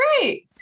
great